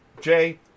Jay